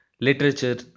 literature